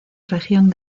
región